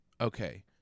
Okay